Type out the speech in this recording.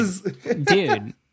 Dude